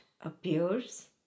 appears